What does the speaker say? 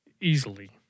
easily